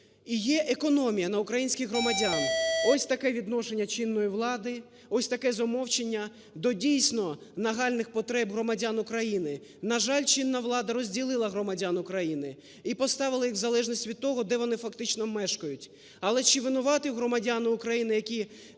І є економія на українських громадянах. Ось таке відношення чинної влади, ось таке замовчення до дійсно нагальних потреб громадян України. На жаль, чинна влада розділила громадян України і поставила їх в залежність від того, де вони постійно мешкають. Але чи винуваті громадяни України, які